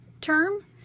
term